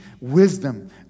wisdom